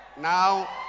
Now